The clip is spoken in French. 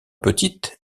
petites